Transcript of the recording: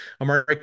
Amari